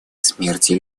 смерти